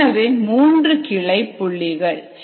எனவே மூன்று கிளை புள்ளிகள்